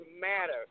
matter